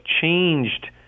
changed